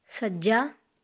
ਸੱਜਾ